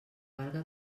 valga